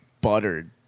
buttered